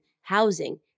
housing